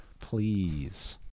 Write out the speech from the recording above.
please